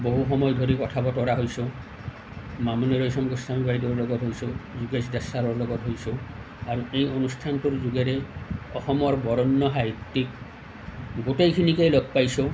বহু সময় ধৰি কথা বতৰা হৈছোঁ মামণি ৰয়ছম গোস্বামী বাইদেউৰ লগত হৈছোঁ যোগেশ দাস চাৰৰ লগত হৈছোঁ আৰু এই অনুষ্ঠানটোৰ যোগেৰেই অসমৰ বৰেণ্য় সাহিত্য়িক গোটেইখিনিকে লগ পাইছোঁ